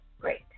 great